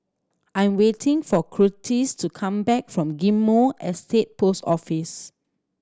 I'm waiting for Curtiss to come back from Ghim Moh Estate Post Office